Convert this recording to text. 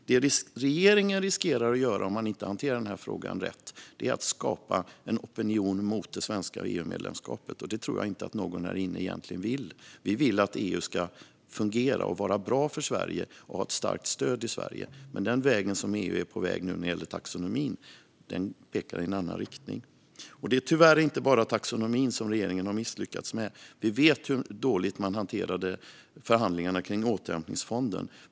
Det regeringen riskerar att göra om man inte hanterar den här frågan rätt är att skapa en opinion mot det svenska EU-medlemskapet, och det tror jag inte att någon här inne egentligen vill. Vi vill att EU ska fungera, vara bra för Sverige och ha ett starkt stöd i Sverige. Men den väg som EU är på nu när det gäller taxonomin går i en annan riktning. Det är tyvärr inte bara taxonomin som regeringen har misslyckats med. Vi vet hur dåligt man hanterade förhandlingarna om återhämtningsfonden.